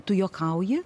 tu juokauji